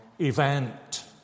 event